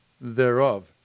thereof